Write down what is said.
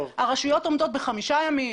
הרשויות עומדות בחמישה ימים,